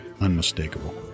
Unmistakable